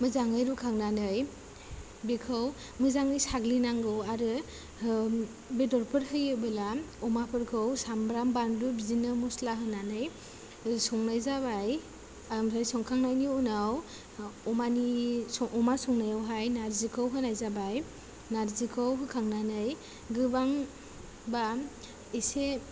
मोजाङै रुखांनानै बेखौ मोजाङै साग्लिनांगौ आरो होयोब्ला अमाफोरखौ सामब्राम बानलु बिदिनो मसला होनानै संनाय जाबाय ओमफ्राय संखांनायनि उनाव अमानि सं अमा संनायावहाय नारजिखौ होनाय जाबाय नारजिखौ होखांनानै गोबां बा एसे